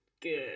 good